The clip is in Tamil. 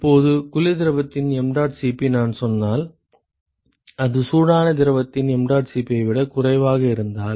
இப்போது குளிர் திரவத்தின் mdot Cp நான் சொன்னால் அது சூடான திரவத்தின் mdot Cp ஐ விட குறைவாக இருந்தால்